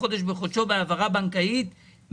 זכותו לחיות במדינה שלו ושאף אחד לא יכול לקחת לו את היהדות